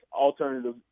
alternative